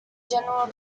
general